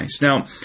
Now